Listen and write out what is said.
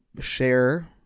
Share